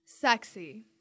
sexy